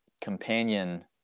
companion